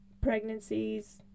pregnancies